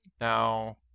now